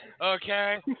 okay